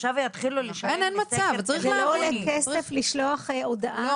עכשיו יתחילו להישען על סקר טלפוני?